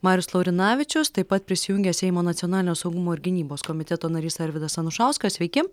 marius laurinavičius taip pat prisijungė seimo nacionalinio saugumo ir gynybos komiteto narys arvydas anušauskas sveiki